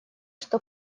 что